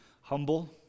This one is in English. humble